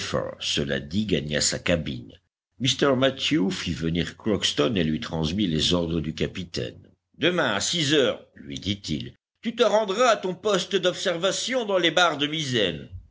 cela dit gagna sa cabine mr mathew fit venir crockston et lui transmit les ordres du capitaine demain à six heures lui dit-il tu te rendras à ton poste d'observation dans les barres de misaine